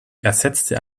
ersetzte